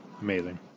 Amazing